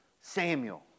Samuel